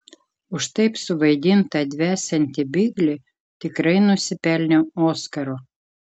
už taip suvaidintą dvesiantį biglį tikrai nusipelniau oskaro